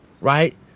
right